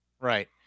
Right